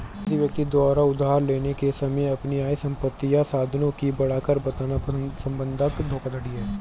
किसी व्यक्ति द्वारा उधार लेने के समय अपनी आय, संपत्ति या साधनों की बढ़ाकर बताना बंधक धोखाधड़ी है